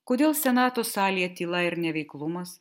kodėl senato salėje tyla ir neveiklumas